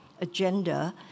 agenda